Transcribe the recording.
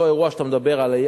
אותו אירוע שאתה מדבר עליו,